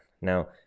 now